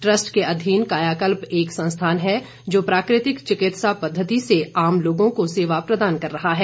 trust के अधीन कायाकल्प एक संस्थान है जो प्राकृतिक चिकित्सा पद्वति से आम लोगों को सेवा प्रदान कर रहा है